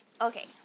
Okay